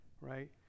right